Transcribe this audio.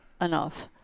enough